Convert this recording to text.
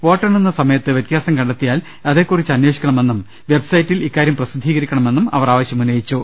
വോട്ടെണ്ണുന്ന സമയത്ത് വ്യത്യാസം കണ്ടെത്തിയാൽ അതേകുറിച്ച് അമ്പേഷിക്കണമെന്നും വെബ്സൈറ്റിൽ ഇക്കാര്യം പ്രസിദ്ധീകരിക്കണമെന്നും അവർ ആവശ്യപ്പെട്ടു